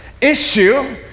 issue